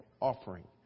offering